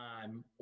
time